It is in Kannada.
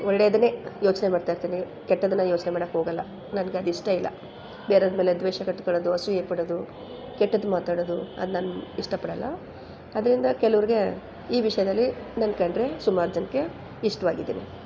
ಒಳ್ಳೆಯದನ್ನೇ ಯೋಚನೆ ಮಾಡ್ತಾಯಿರ್ತೀನಿ ಕೆಟ್ಟದ್ದನ್ನು ಯೋಚನೆ ಮಾಡೋಕೆ ಹೋಗೋಲ್ಲ ನನ್ಗದು ಇಷ್ಟ ಇಲ್ಲ ಬೇರೆಯವ್ರ ಮೇಲೆ ದ್ವೇಷ ಕಟ್ಕೊಳ್ಳೋದು ಅಸೂಯೆ ಪಡೋದು ಕೆಟ್ಟದ್ದು ಮಾತಾಡೋದು ಅದು ನಾನು ಇಷ್ಟಪಡೋಲ್ಲ ಅದರಿಂದ ಕೆಲವರಿಗೆ ಈ ವಿಷಯದಲ್ಲಿ ನನ್ನ ಕಂಡರೆ ಸುಮಾರು ಜನಕ್ಕೆ ಇಷ್ಟವಾಗಿದ್ದೀನಿ